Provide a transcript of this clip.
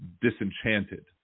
disenchanted